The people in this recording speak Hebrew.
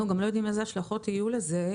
אנחנו גם לא יודעים איזה השלכות יהיו לזה,